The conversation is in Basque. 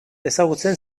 ezagutzen